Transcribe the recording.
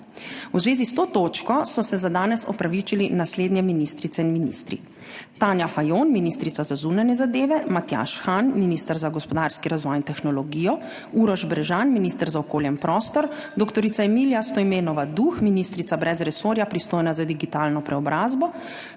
V zvezi s to točko so se za danes opravičili naslednje ministrice in ministri: Tanja Fajon, ministrica za zunanje zadeve, Matjaž Han, minister za gospodarski razvoj in tehnologijo, Uroš Bržan, minister za okolje in prostor, dr. Emilija Stojmenova Duh, ministrica brez resorja, pristojna za digitalno preobrazbo,